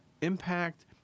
impact